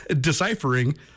deciphering